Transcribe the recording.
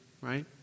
right